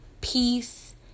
peace